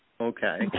Okay